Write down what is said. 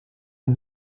een